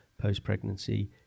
post-pregnancy